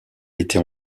été